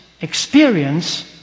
experience